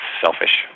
selfish